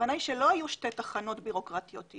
הכוונה היא שלא יהיו שתי תחנות בירוקרטיות אלא